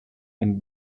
and